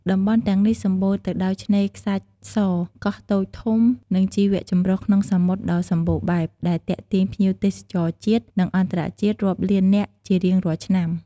តំបន់ទាំងនេះសម្បូរទៅដោយឆ្នេរខ្សាច់ស កោះតូចធំ និងជីវចម្រុះក្នុងសមុទ្រដ៏សម្បូរបែប ដែលទាក់ទាញភ្ញៀវទេសចរជាតិ និងអន្តរជាតិរាប់លាននាក់ជារៀងរាល់ឆ្នាំ។